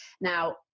Now